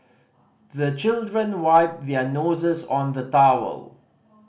the children wipe their noses on the towel